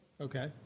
Okay